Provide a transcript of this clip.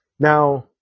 Now